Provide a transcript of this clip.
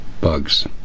bugs